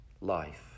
Life